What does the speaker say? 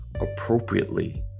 appropriately